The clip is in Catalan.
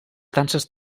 danses